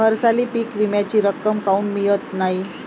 हरसाली पीक विम्याची रक्कम काऊन मियत नाई?